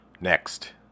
Next